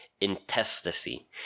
intestacy